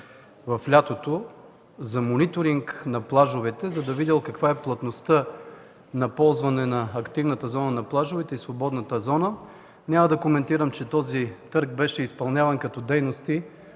лятото за мониторинг на плажовете, за да видели каква е плътността на ползване на активната зона на плажовете и свободната зона. Няма да коментирам, че този търг беше изпълняван като дейност